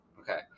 Okay